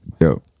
Yo